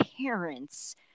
parents